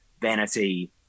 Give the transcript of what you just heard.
vanity